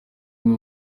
umwe